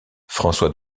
françois